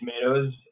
tomatoes